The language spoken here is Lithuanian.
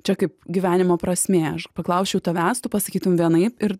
čia kaip gyvenimo prasmė aš paklausčiau tavęs tu pasakytum vienaip ir